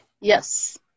Yes